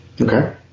Okay